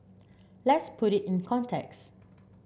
let's put it in context